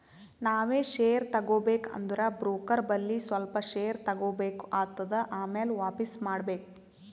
ನಾವ್ ಶೇರ್ ತಗೋಬೇಕ ಅಂದುರ್ ಬ್ರೋಕರ್ ಬಲ್ಲಿ ಸ್ವಲ್ಪ ಶೇರ್ ತಗೋಬೇಕ್ ಆತ್ತುದ್ ಆಮ್ಯಾಲ ವಾಪಿಸ್ ಮಾಡ್ಬೇಕ್